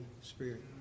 Spirit